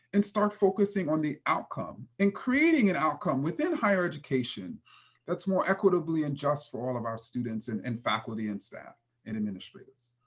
and start focusing on the outcome. and creating an outcome within higher education that's more equitable and just for all of our students and and faculty and staff and administrators.